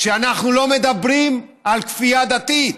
כשאנחנו לא מדברים על כפייה דתית.